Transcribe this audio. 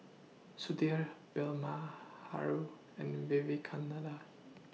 Sudhir and Vivekananda